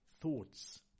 thoughts